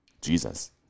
Jesus